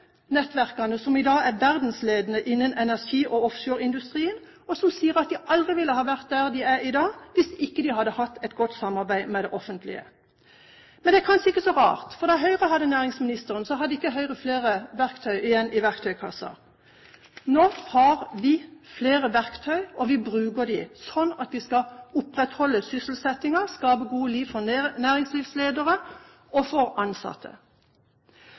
Eyde-nettverkene, som i dag er verdensledende innen energi- og offshoreindustrien, og som sier at de aldri ville vært der de er i dag, hvis de ikke hadde hatt et godt samarbeid med det offentlige. Men det er kanskje ikke så rart, for da Høyre hadde næringsministeren, hadde ikke Høyre flere verktøy igjen i verktøykassen. Nå har vi flere verktøy, og vi bruker dem slik at vi opprettholder sysselsettingen og skaper gode liv for næringslivsledere og ansatte. Og så er det flere fra Høyre som har sagt at vi tar for